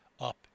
up